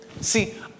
See